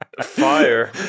Fire